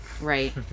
Right